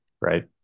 Right